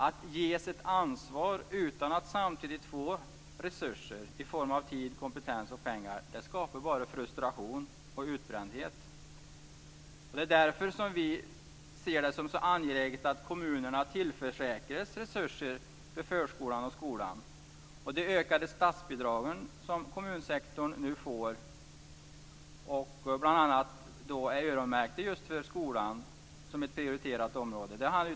Att ges ett ansvar utan att samtidigt få resurser i form av tid, kompetens och pengar skapar bara frustration och utbrändhet. Därför ser vi det som mycket angeläget att kommunerna tillförsäkras resurser för förskolan och skolan. De ökade statsbidrag som kommunsektorn nu får är bl.a. öronmärkta just för skolan som ett prioriterat område.